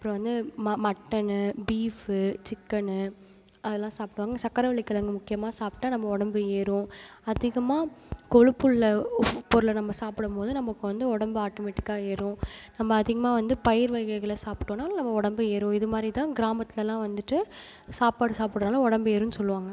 அப்புறம் வந்து ம மட்டனு பீஃபு சிக்கனு அதெல்லாம் சாப்பிடுவாங்க சக்கரவள்ளிக் கிலங்கு முக்கியமாக சாப்பிட்டா நம்ம உடம்பு ஏறும் அதிகமாக கொலுப்புள்ள பொருளை நம்ம சாப்பிடும் போது நமக்கு வந்து உடம்பு ஆட்டோமேட்டிக்காக ஏறும் நம்ம அதிகமாக வந்து பயிர் வகைகளை சாப்பிட்டோன்னாலும் நம்ம உடம்பு ஏறும் இது மாதிரி தான் கிராமத்துலலாம் வந்துவிட்டு சாப்பாடு சாப்பிட்றனால உடம்பு ஏறுன்னு சொல்லுவாங்க